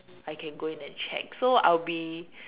I can go in and check so I'll be